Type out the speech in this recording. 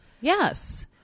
Yes